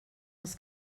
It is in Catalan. els